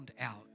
out